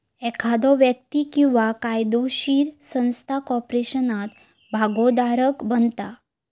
एखादो व्यक्ती किंवा कायदोशीर संस्था कॉर्पोरेशनात भागोधारक बनता